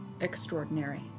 extraordinary